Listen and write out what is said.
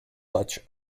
such